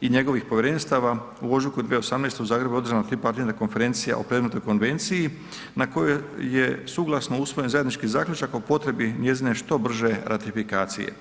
i njegovih povjerenstava u ožujku 2018. u Zagrebu je održana Tripartitna konferencija o predmetnoj Konvenciji na kojoj je suglasno usvojen zajednički zaključak o potrebi njezine što brže ratifikacije.